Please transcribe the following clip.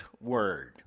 word